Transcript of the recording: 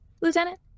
Lieutenant